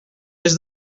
des